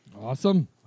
Awesome